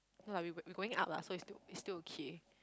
no lah we we going up lah so it's still it's still okay